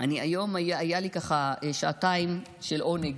היו לי היום שעתיים של עונג